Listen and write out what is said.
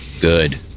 Good